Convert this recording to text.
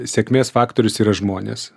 sėkmės faktorius yra žmonės